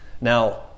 Now